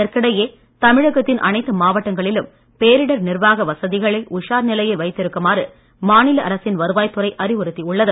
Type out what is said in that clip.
இதற்கிடையே தமிழகத்தின் அனைத்து மாவட்டங்களிலும் பேரிடர் நிர்வாக வசதிகளை உஷார் நிலையில் வைத்திருக்குமாறு மாநில அரசின் வருவாய் துறை அறிவுறுத்தியுள்ளது